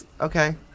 Okay